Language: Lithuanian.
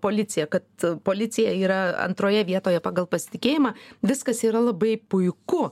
policija kad policija yra antroje vietoje pagal pasitikėjimą viskas yra labai puiku